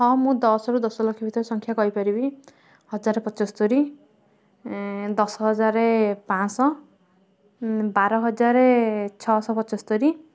ହଁ ମୁଁ ଦଶରୁ ଦଶ ଲକ୍ଷ ଭିତରେ ସଂଖ୍ୟା କହିପାରିବି ହଜାର ପଚସ୍ତରୀ ଦଶହଜାର ପାଞ୍ଚଶହ ବାରହଜାର ଛଅଶହ ପଚସ୍ତରୀ